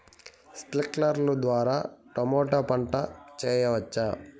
స్ప్రింక్లర్లు ద్వారా టమోటా పంట చేయవచ్చా?